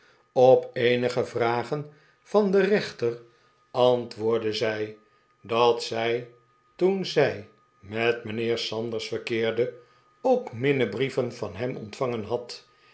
op eenige vragen van den reenter antwoordde zij dat zij toen zij met mijnheer sanders verkeerde ook minnebrieven van hem ontvangen had